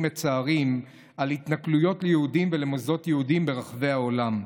מצערים על התנכלויות ליהודים ולמוסדות יהודיים ברחבי העולם,